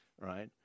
right